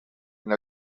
and